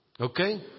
Okay